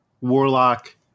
warlock